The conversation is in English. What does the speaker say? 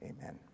amen